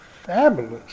fabulous